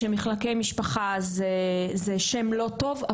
שמחלקי משפחה זה שם לא טוב,